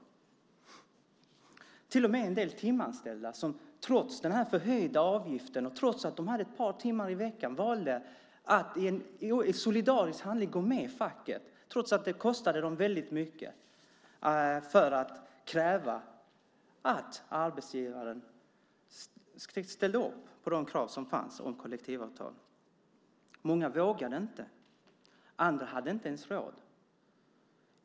Det var till och med en del timanställda som, trots den här förhöjda avgiften och trots att de bara jobbade ett par timmar i veckan, valde att i en solidarisk handling gå med i facket, trots att det kostade dem väldigt mycket, för att kräva att arbetsgivaren ställde upp på kollektivavtal. Många vågade inte. Andra hade inte ens råd.